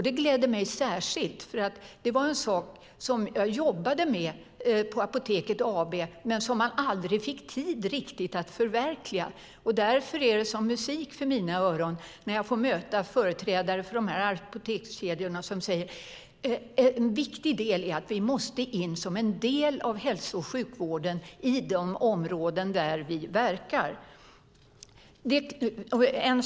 Det gläder mig särskilt, för det var en sak som jag jobbade med på Apoteket AB men som man aldrig riktigt fick tid att förverkliga. Därför är det som musik i mina öron när jag får möta företrädare för de här apotekskedjorna som säger: En viktig del är att vi måste in som en del av hälso och sjukvården i de områden där vi verkar.